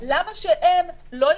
למה שהם לא יקבלו,